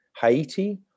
Haiti